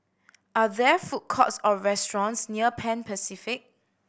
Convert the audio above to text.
are there food courts or restaurants near Pan Pacific